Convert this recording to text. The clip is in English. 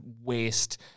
waste